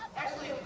actually